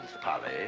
Polly